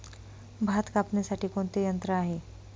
भात कापणीसाठी कोणते यंत्र आहे?